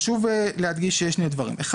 חשוב להדגיש שיש שני דברים: א',